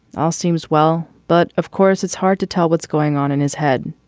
all seems well, but of course, it's hard to tell what's going on in his head.